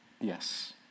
Yes